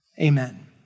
Amen